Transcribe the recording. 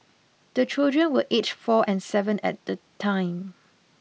the children were aged four and seven at the time